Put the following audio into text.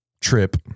trip